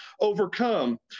overcome